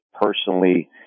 personally